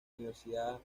universidad